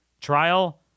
trial